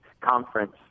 conference